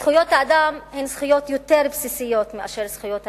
זכויות אדם הן זכויות יותר בסיסיות מזכויות האזרח.